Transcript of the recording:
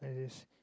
it is